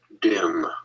dim